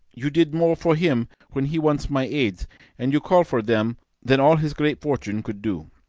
you did more for him when he wants my aids and you call for them than all his great fortune could do.